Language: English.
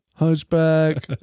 Hunchback